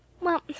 Well